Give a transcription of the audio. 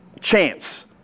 chance